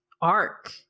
arc